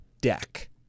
deck